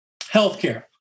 Healthcare